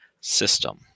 system